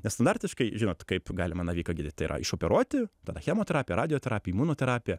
nes standartiškai žinot kaip galima naviką gydyt tai yra išoperuoti tada chemoterapija radioterapija imunoterapija